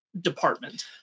department